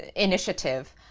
initiative.